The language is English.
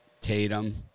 Tatum